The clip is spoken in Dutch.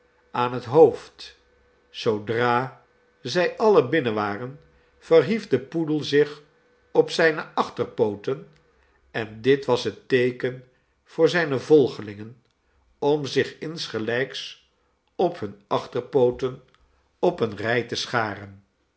aan het hoofd zoodra zij alien binnen waren verhief de poedel zich op zijne achterpooten en dit was het teeken voor zijne volgelingen om zich insgelijks op hunne achterpooten op eene rij te scharen